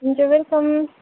हुन्छ वेलकम